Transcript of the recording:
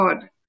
God